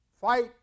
Fight